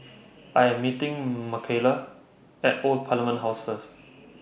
I Am meeting Michaela At Old Parliament House First